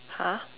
!huh!